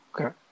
Okay